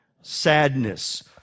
sadness